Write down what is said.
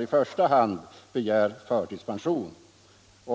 i första hand begär deltidspension.